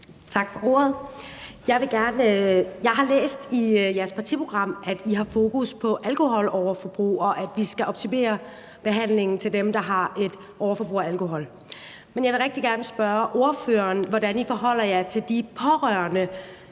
Tak for ordet. Jeg har læst i jeres partiprogram, at I har fokus på alkoholoverforbrug, og at vi skal optimere behandlingen til dem, der har et overforbrug af alkohol. Jeg vil rigtig gerne spørge ordføreren, hvordan I forholder jer til de 122.000